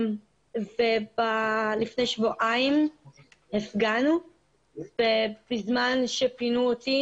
לפני שבועיים הפגנו ובזמן שפינו אותי,